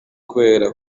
kubera